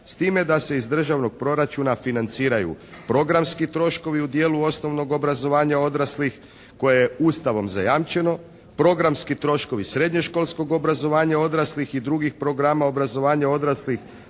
s time da se iz državnog proračuna financiraju programski troškovi u dijelu osnovnog obrazovanja odraslih koje je Ustavom zajamčeno, programski troškovi srednješkolskog obrazovanja odraslih i drugih programa obrazovanja odraslih